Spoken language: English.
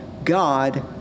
God